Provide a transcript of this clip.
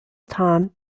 time